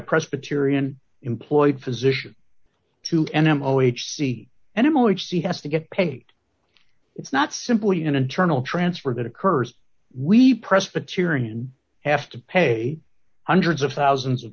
presbyterian employed physician to an m o h c and in which he has to get paid it's not simply an internal transfer that occurs we presbyterian has to pay hundreds of thousands of